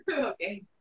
Okay